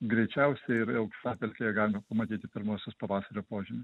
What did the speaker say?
greičiausiai ir aukštapelkėje galima pamatyti pirmuosius pavasario požymius